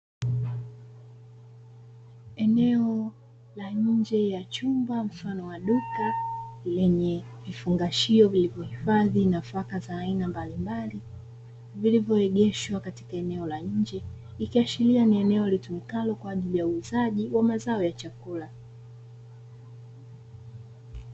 Eneo la nje ya chumba mfano wa duka, lenye vifungashio vilivyohifadhi nafaka za aina mbalimbali, vilivyoegeshwa katika eneo la nje, ikiashiria ni eneo litumikalo kwa ajili ya uuzaji wa mazao ya chakula.